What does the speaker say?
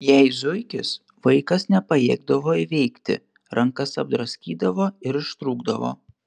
jei zuikis vaikas nepajėgdavo įveikti rankas apdraskydavo ir ištrūkdavo